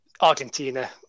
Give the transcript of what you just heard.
Argentina